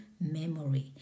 memory